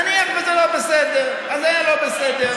נניח שזה לא בסדר, אז היה לא בסדר.